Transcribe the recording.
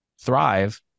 thrive